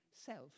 self